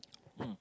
mm